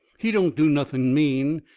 he don't do nothing mean,